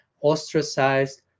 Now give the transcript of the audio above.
ostracized